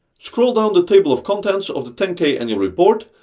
scroll down the table of contents of the ten k annual report,